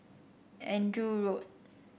Andrew Road